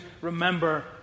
remember